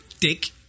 dick